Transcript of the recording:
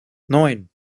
neun